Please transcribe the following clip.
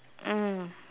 mm